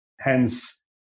Hence